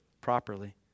properly